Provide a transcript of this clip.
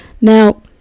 Now